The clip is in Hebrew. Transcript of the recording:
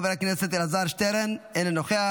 חבר הכנסת אלעזר שטרן אינו נוכח,